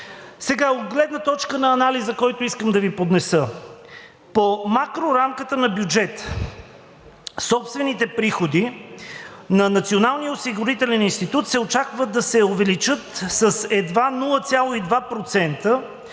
От гледна точка на анализа, който искам да Ви поднеса. По макрорамката на бюджета собствените приходи на Националния осигурителен институт се очаква да се увеличат с едва 0,2%